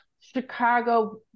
Chicago